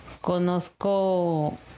Conozco